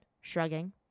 shrugging